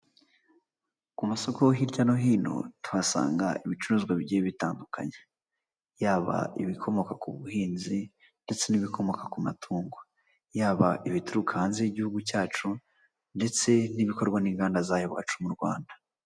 Ku masoko hirya no hino tuhasanga ibicuruzwa bigiye bitandukanye, yaba ibikomoka ku buhinzi ndetse n'ibikomoka ku matungo, yaba ibituruka hanze y'igihugu cyacu ndetse n'ibikorwa n'inganda z'aha iwacu mu Rwanda.